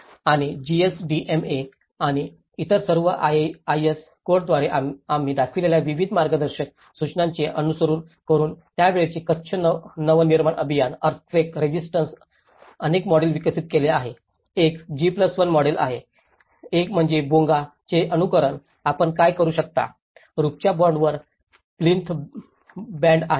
आणि जीएसडीएमए आणि इतर सर्व आयएस कोडद्वारे आम्ही दाखविलेल्या विविध मार्गदर्शक सूचनांचे अनुसरण करून त्यावेळचे कच्छ नव निर्माण अभियान अर्थक्वेक रेसिस्टन्ट अनेक मॉडेल विकसित केले आहे एक G1 मॉडेल आहे एक म्हणजे बोंगाचे अनुकरण आपण काय करू शकता रूफच्या बँडवर प्लिंथ बँड आहे